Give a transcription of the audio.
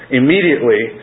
immediately